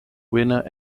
winner